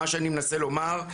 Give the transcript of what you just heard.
מה שאני מנסה לומר,